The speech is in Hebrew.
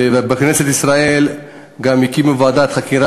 ובכנסת ישראל גם הקימו ועדת חקירה